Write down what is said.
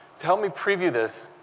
to help me preview this,